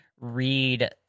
read